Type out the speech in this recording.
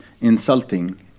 insulting